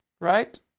Right